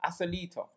Asalita